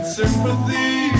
sympathy